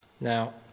Now